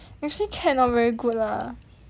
actually cat not very good lah